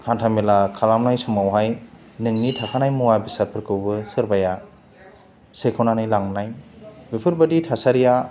हान्था मेला खालामनाय समाव हाय नोंनि थाखानाय मुवा बेसादफोरखौबो सोरबाया सेख'नानै लांनाय बेफोर बादि थासारिया